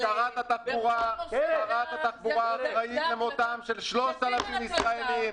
שרת התחבורה אחראית למותם של 3,000 ישראלים.